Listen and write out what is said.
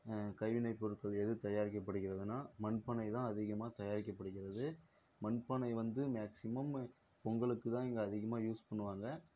கைவினைப் பொருட்கள் எது தயாரிக்கப்படுகிறதுன்னால் மண் பானை தான் அதிகமாக தயாரிக்கப்படுகிறது மண் பானை வந்து மேக்ஸிமம் பொங்கலுக்கு தான் இங்கே அதிகமாக யூஸ் பண்ணுவாங்க